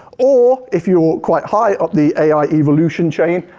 or if you're quite high up the ai evolution chain,